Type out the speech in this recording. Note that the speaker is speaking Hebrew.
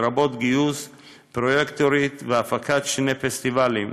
לרבות גיוס פרויקטורית והפקת שני פסטיבלים,